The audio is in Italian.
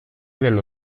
dello